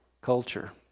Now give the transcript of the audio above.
culture